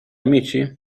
amici